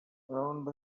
around